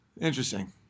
Interesting